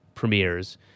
premieres